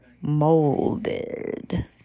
molded